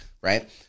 Right